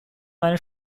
meine